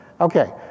Okay